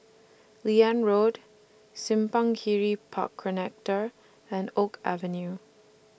Liane Road Simpang Kiri Park Connector and Oak Avenue